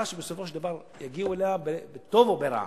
שבסופו של דבר יגיעו אליה בטוב או ברע.